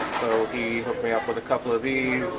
he hooked me up with a couple of ease